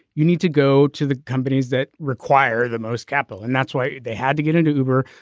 you need to go to the companies that require the most capital and that's why they had to get into uber.